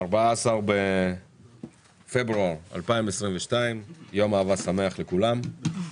14 בפברואר 2022. יום אהבה שמח לכולם.